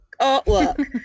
artwork